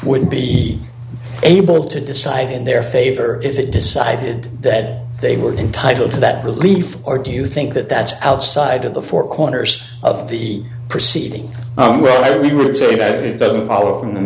would be able to decide in their favor if it decided that they were entitled to that belief or do you think that that's outside of the four corners of the proceeding i'm well i would say about it it doesn't follow